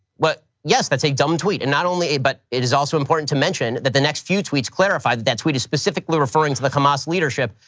well, yes, that's a dumb tweet. and not only but it is also important to mention that the next few tweets clarify that that tweet is specifically referring to the hamas leadership,